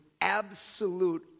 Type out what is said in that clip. absolute